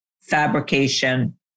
fabrication